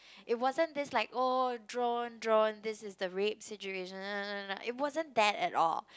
it wasn't that's like oh drone drone this is the rape situation it wasn't that at all